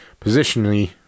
positionally